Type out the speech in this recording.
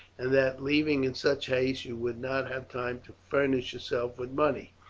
and that, leaving in such haste, you would not have time to furnish yourself with money.